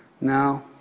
Now